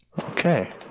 Okay